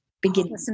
beginning